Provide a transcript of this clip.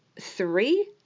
three